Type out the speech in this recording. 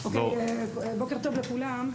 בוקר טוב לכולם.